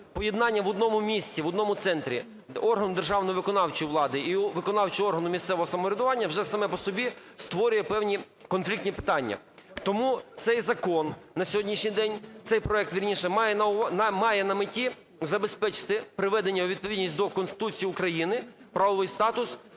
Поєднання в одному місті, в одному центрі органу державної виконавчої влади і виконавчого органу місцевого самоврядування вже саме по собі створює певні конфліктні питання, тому цей закон на сьогоднішній день, цей проект, вірніше, має на меті забезпечити приведення у відповідність до Конституції України правовий статус